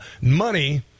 money